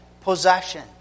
possession